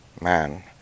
Man